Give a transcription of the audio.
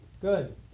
Good